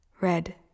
red